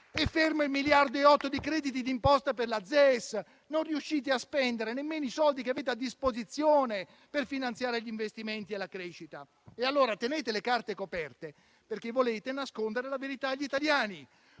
fermi gli 1,8 miliardi di crediti di imposta per la ZES. Non riuscite a spendere nemmeno i soldi che avete a disposizione per finanziare gli investimenti e la crescita. Allora tenete le carte coperte perché volete nascondere la verità agli italiani: